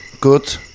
good